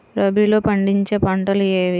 రబీలో పండించే పంటలు ఏవి?